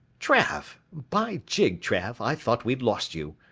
trav! by jig, trav, i thought we'd lost you.